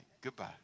goodbye